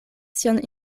sian